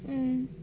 mm